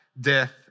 death